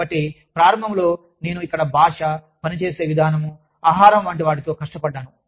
కాబట్టి ప్రారంభంలో నేను ఇక్కడ భాష పని చేసే విధానం ఆహారం వంటి వాటితో కష్టపడ్డాను